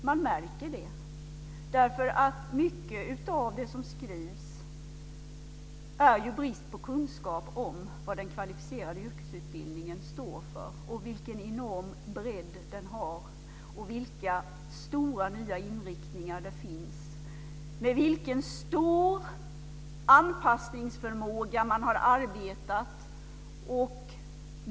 Man märker det för att mycket av det som skrivs kommer sig av en brist på kunskap om vad den kvalificerade yrkesutbildningen står för, vilken enorm bredd den har och vilka stora nya inriktningar det finns. Det finns också en brist på kunskap om vilken stor anpassningsförmåga man har arbetat med.